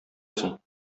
соң